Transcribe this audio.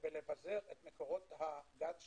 בביזור מקורות הגז שלה,